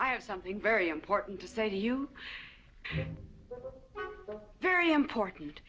i have something very important to say to you very important